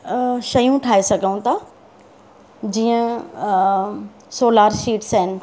शयूं ठाहे सघूं था जीअं सोलार शीट्स आहिनि